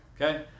Okay